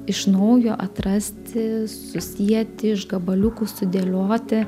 iš naujo atrasti susieti iš gabaliukų sudėlioti